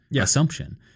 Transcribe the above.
assumption